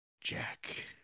Jack